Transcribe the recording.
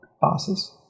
Bosses